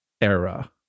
era